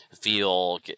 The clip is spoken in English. feel